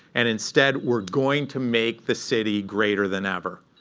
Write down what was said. and instead, we're going to make the city greater than ever.